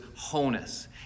wholeness